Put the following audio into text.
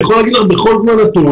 אני יכול להגיד לך בכל זמן נתון,